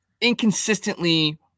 inconsistently